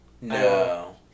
No